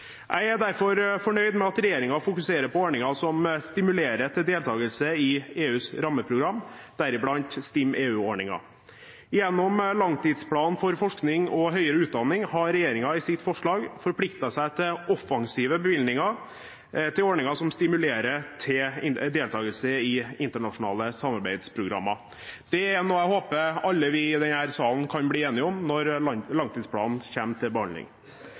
Jeg er derfor fornøyd med at regjeringen fokuserer på ordninger som stimulerer til deltakelse i EUs rammeprogram, deriblant STIM-EU-ordningen. Gjennom langtidsplanen for forskning og høyere utdanning har regjeringen i sitt forslag forpliktet seg til offensive bevilgninger til ordninger som stimulerer til deltakelse i internasjonale samarbeidsprogrammer. Det er noe jeg håper alle i denne salen kan bli enige om når langtidsplanen kommer til behandling.